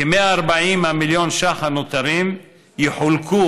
כ-140 ממיליון השקלים הנותרים יחולקו